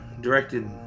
directed